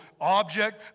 object